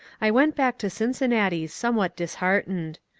i went back to cincinnati somewhat disheartened.